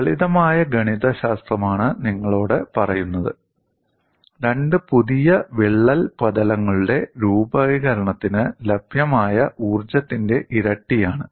ലളിതമായ ഗണിതശാസ്ത്രമാണ് നിങ്ങളോട് പറയുന്നത് രണ്ട് പുതിയ വിള്ളൽ പ്രതലങ്ങളുടെ രൂപീകരണത്തിന് ലഭ്യമായ ഊർജ്ജത്തിന്റെ ഇരട്ടിയാണ്